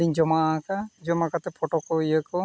ᱞᱤᱧ ᱡᱚᱢᱟᱣ ᱟᱠᱟᱫᱼᱟ ᱡᱚᱢᱟ ᱠᱟᱛᱮ ᱯᱷᱳᱴᱳ ᱠᱚ ᱤᱭᱟᱹᱠᱚ